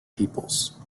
peoples